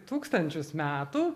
tūkstančius metų